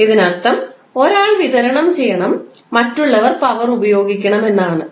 ഇതിനർത്ഥം ഒരാൾ വിതരണം ചെയ്യണം മറ്റുള്ളവർ പവർ ഉപയോഗിക്കണം എന്നാണ്